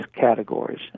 categories